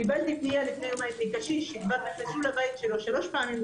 קיבלתי פנייה לפני יומיים מקשיש שכבר פרצו לבית שלו שלוש פעמים,